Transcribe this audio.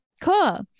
Cool